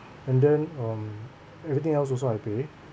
and then um everything else also I pay